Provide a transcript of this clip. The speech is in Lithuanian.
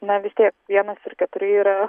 na vis tiek vienas ir keturi yra